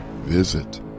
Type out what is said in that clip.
Visit